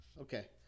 Okay